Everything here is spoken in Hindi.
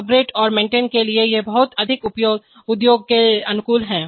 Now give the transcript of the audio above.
अपग्रेड और मेंटेन के लिए ये बहुत अधिक उद्योग के अनुकूल हैं